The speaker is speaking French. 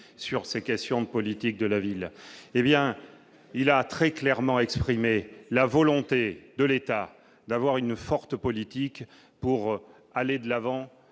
sur ces questions de politique de la ville, hé bien il a très clairement exprimé la volonté de l'État d'avoir une forte politique pour aller de l'avant